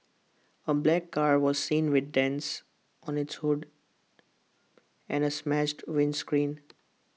A black car was seen with dents on its hood and A smashed windscreen